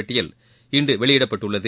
பட்டியல் இன்று வெளியிடப்பட்டுள்ளது